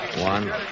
One